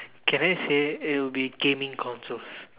can I say it'll be gaming consoles